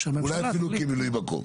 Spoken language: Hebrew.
אולי אפילו כמילוי מקום.